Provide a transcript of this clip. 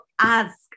ask